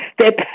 step